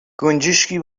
گنجشکی